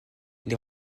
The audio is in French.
est